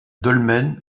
dolmen